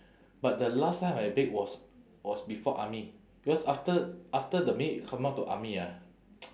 but the last time I bake was was before army because after after the minute you come out to army ah